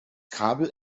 kabel